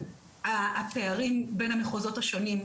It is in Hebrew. הפערים בין המחוזות השונים,